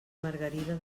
margarida